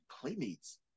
Playmates